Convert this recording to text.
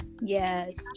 Yes